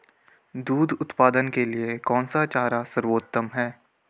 दूध उत्पादन के लिए कौन सा चारा सर्वोत्तम है?